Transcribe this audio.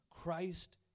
Christ